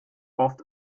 oft